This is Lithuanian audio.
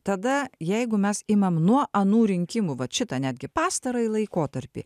tada jeigu mes imam nuo anų rinkimų va šitą netgi pastarąjį laikotarpį